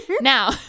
now